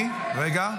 רגע.